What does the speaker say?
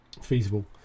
feasible